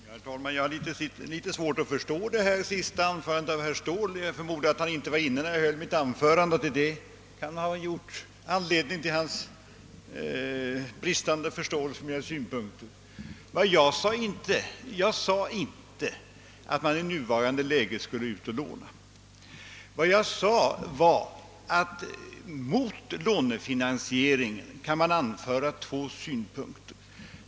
Herr talman! Jag har litet svårt att förstå vad herr Ståhl nu sist menade. Jag förmodar att han inte var inne när jag höll mitt anförande. Jag sade inte att man i nuvarande läge skulle gå ut och låna, utan jag framhöll att mot lånefinansieringen kan anföras två synpunkter.